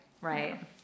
right